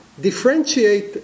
differentiate